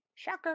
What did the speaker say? Shocker